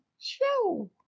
Show